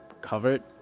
covered